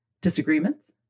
disagreements